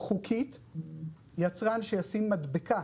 חוקית יצרן שישים מדבקה: